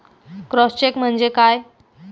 Cross check म्हणजे काय?